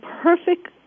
perfect